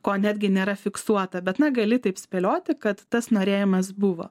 ko netgi nėra fiksuota bet na gali taip spėlioti kad tas norėjimas buvo